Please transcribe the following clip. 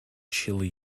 chili